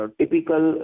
typical